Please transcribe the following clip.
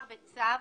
מדובר בצו